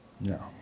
No